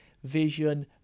vision